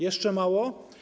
Jeszcze mało?